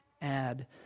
Add